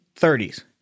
30s